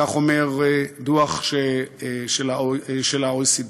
כך אומר דוח של ה-OECD.